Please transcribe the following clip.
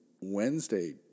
Wednesday